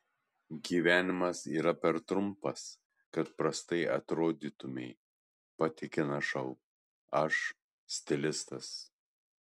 gyvenimas yra per trumpas kad prastai atrodytumei patikina šou aš stilistas